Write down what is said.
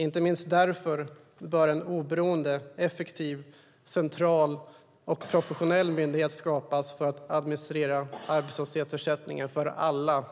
Inte minst därför bör en oberoende, effektiv, central och professionell myndighet skapas för att administrera arbetslöshetsersättningen för alla